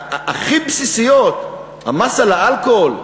הכי בסיסיות, המס על האלכוהול.